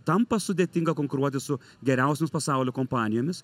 tampa sudėtinga konkuruoti su geriausiomis pasaulio kompanijomis